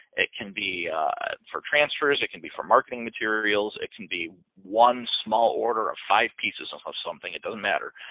it can be for transfers. it can be for marketing materials. it can be one small order or five pieces of something. it doesn't matter.